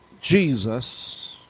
Jesus